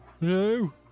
No